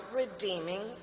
redeeming